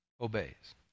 obeys